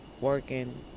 working